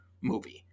movie